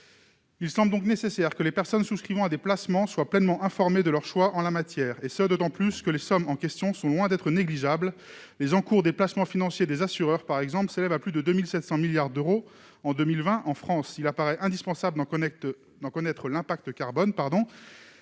Il semble donc nécessaire que les souscripteurs de placements soient pleinement informés de leurs choix en la matière, et ce d'autant plus que les sommes en question sont loin d'être négligeables ; l'encours des placements financiers des assureurs, par exemple, s'élève en France, en 2020, à plus de 2 700 milliards d'euros. Il paraît indispensable de connaître l'impact carbone